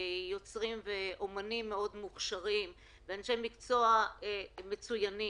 יוצרים ואומנים מאוד מוכשרים ואנשי מקצוע מצוינים.